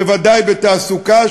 בוודאי בתעסוקה,